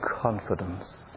confidence